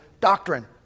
doctrine